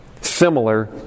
Similar